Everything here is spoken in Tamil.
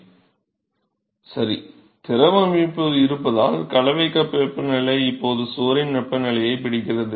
மாணவர் சரி திரவம் இப்போது இருப்பதால் கலவைக் கப் வெப்பநிலை இப்போது சுவரின் வெப்பநிலையைப் பிடிக்கிறது